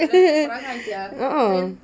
uh uh